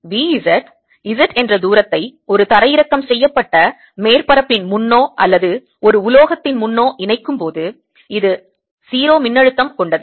எனவே V Z Z என்ற தூரத்தை ஒரு தரையிறக்கம் செய்யப்பட்ட மேற்பரப்பின் முன்னோ அல்லது ஒரு உலோகத்தின் முன்னோ இணைக்கும்போது இது 0 மின்னழுத்தம் கொண்டது